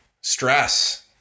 Stress